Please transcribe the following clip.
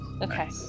Okay